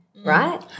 Right